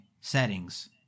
settings